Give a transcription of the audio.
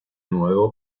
nuevo